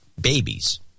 babies